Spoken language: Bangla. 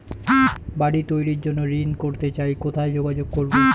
বাড়ি তৈরির জন্য ঋণ করতে চাই কোথায় যোগাযোগ করবো?